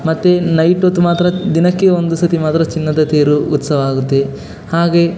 ಮತ್ತು ನೈಟ್ಹೊತ್ತು ಮಾತ್ರ ದಿನಕ್ಕೆ ಒಂದು ಸತಿ ಮಾತ್ರ ಚಿನ್ನದ ತೇರು ಉತ್ಸವ ಆಗುತ್ತೆ ಹಾಗೇ